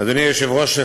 אדוני היושב-ראש,